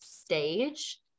stage